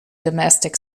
domestic